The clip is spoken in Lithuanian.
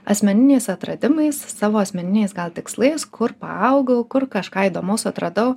asmeniniais atradimais savo asmeniniais gal tikslais kur paaugau kur kažką įdomaus atradau